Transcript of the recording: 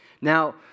Now